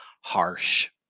harsh